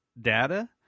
data